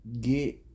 get